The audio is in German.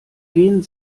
gehn